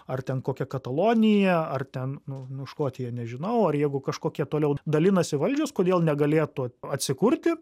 ar ten kokia katalonija ar ten nu nu škotija nežinau ar jeigu kažkokia toliau dalinasi valdžios kodėl negalėtų atsikurti